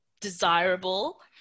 desirable